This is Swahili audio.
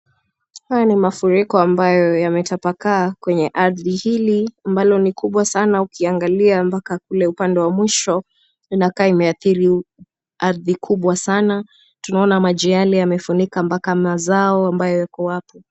Haya ni mafuriko ambayo yametapakaa kwenye ardhi hili ambalo ni kubwa sana. Ukiangalia mpaka kule upande wa mwisho inakaa imeathiri ardhi kubwa sana. Tunaona maji yale yamefunika mpaka mazao ambayo yako wapo.